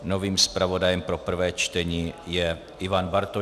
Novým zpravodajem pro prvé čtení je Ivan Bartoš.